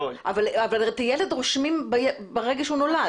אבל את הילד רושמים ברגע שהוא נולד.